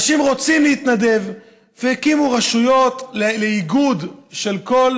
אנשים רוצים להתנדב, והקימו רשויות לאיגוד של כל